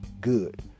good